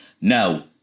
Now